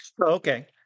Okay